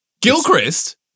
Gilchrist